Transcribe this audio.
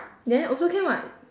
then also can [what]